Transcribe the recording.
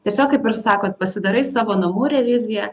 tiesiog kaip ir sakot pasidarai savo namų reviziją